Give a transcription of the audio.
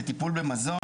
זה טיפול במזון,